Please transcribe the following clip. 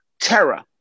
terror